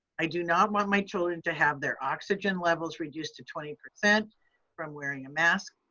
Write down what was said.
i do not want my children to have their oxygen levels reduced to twenty percent from wearing a mask.